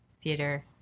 theater